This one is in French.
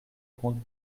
compte